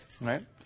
Right